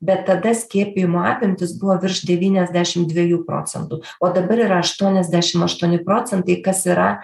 bet tada skiepijimo apimtys buvo virš devyniasdešim dviejų procentų o dabar yra aštuoniasdešim aštuoni procentai kas yra